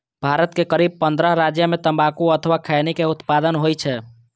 भारत के करीब पंद्रह राज्य मे तंबाकू अथवा खैनी के उत्पादन होइ छै